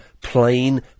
plain